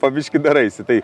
po biškį daraisi tai